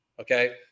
Okay